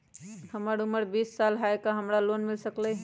हमर उमर बीस साल हाय का हमरा लोन मिल सकली ह?